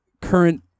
current